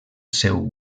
seu